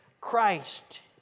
Christ